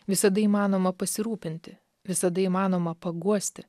visada įmanoma pasirūpinti visada įmanoma paguosti